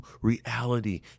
reality